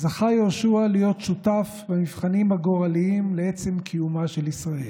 זכה יהושע להיות שותף במבחנים הגורליים לעצם קיומה של ישראל.